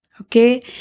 Okay